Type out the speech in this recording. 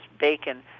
Bacon